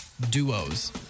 Duos